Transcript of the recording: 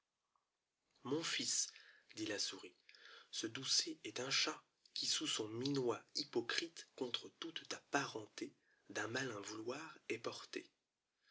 mon fils dit la souris ce doucet est un chat qui sous son minois hypocrite contre toute ta parenté d'un malin vouloir est porté